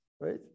right